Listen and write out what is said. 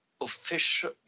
official